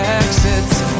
exits